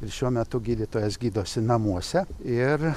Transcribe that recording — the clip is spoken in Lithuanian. ir šiuo metu gydytojas gydosi namuose ir